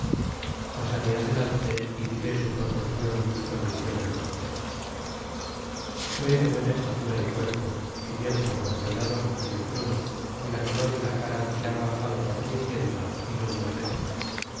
pasaré adelante y diré su proporcion y condicion de codea pué de buena estatura y cuerpo y bien proporcionado y membhodo y la ceder de la cara tiraba algg cenicienta a no muy alegre